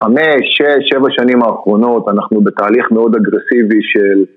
חמש, שש, שבע שנים האחרונות אנחנו בתהליך מאוד אגרסיבי של